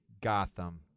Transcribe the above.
Gotham